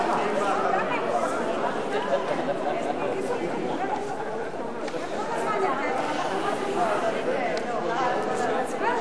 ההסתייגות של קבוצת סיעת חד"ש לסעיף 54 לא נתקבלה.